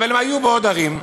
אבל הם היו בעוד ערים.